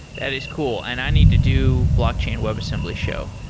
that is cool, and i need to do blockchain webassembly show.